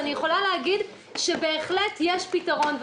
אני יכולה להגיד שבהחלט יש פתרון.